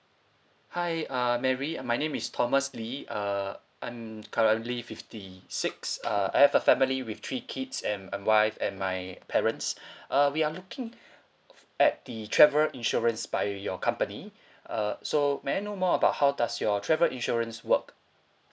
hi uh mary uh my name is thomas lee uh I'm currently fifty six uh I have a family with three kids and and wife and my parents uh we are looking at the travel insurance by your company uh so may I know more about how does your travel insurance work